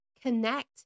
connect